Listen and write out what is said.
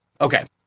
Okay